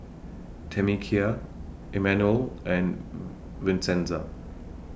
Tamekia Emanuel and Vincenza